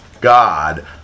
God